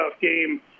game